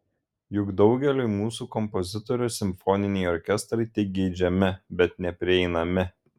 juk daugeliui mūsų kompozitorių simfoniniai orkestrai tik geidžiami bet neprieinami